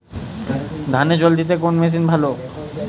ধানে জল দিতে কোন মেশিন ভালো?